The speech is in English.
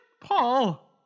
Paul